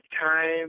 time